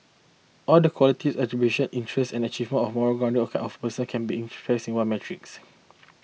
all the qualities attribution interests achievement and moral grounding of a person can't be expressed in one metrics